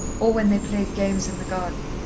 or when they played games in the garden.